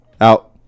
Out